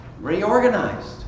reorganized